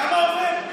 גם העובד.